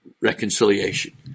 reconciliation